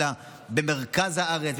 אלא זה במרכז הארץ,